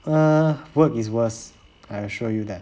err work is worse I assure you that